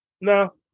No